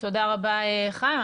תודה רבה, חיים.